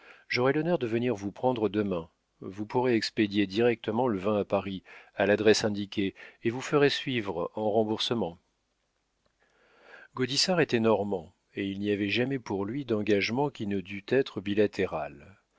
j'aurai l'honneur de venir vous prendre demain vous pourrez expédier directement le vin à paris à l'adresse indiquée et vous ferez suivre en remboursement gaudissart était normand et il n'y avait jamais pour lui d'engagement qui ne dût être